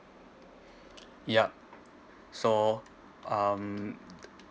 yup so um